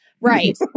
right